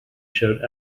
showed